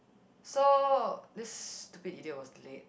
so this stupid idiot was late